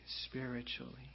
spiritually